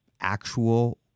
actual